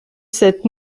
cette